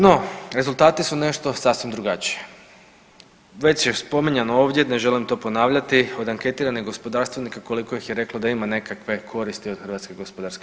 No rezultati su nešto sasvim drugačije, već je spominjano ovdje, ne želim to ponavljati od anketiranih gospodarstvenika koliko ih je reklo da ima nekakve koristi od HGK.